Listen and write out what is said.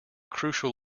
crucial